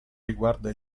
riguarda